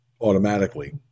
automatically